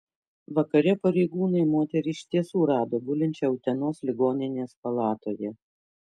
vakare pareigūnai moterį iš tiesų rado gulinčią utenos ligoninės palatoje